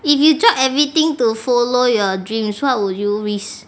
if you drop everything to follow your dreams what would you risk